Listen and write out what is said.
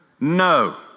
No